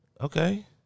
Okay